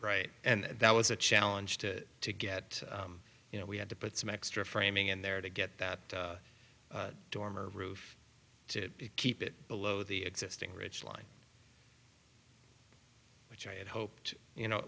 right and that was a challenge to to get you know we had to put some extra framing in there to get that dormer roof to keep it below the existing ridge line which i had hoped you know